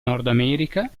nordamerica